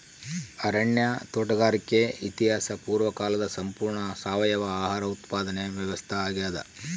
ಅರಣ್ಯ ತೋಟಗಾರಿಕೆ ಇತಿಹಾಸ ಪೂರ್ವಕಾಲದ ಸಂಪೂರ್ಣ ಸಾವಯವ ಆಹಾರ ಉತ್ಪಾದನೆ ವ್ಯವಸ್ಥಾ ಆಗ್ಯಾದ